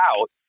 out